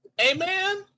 Amen